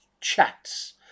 chats